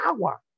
power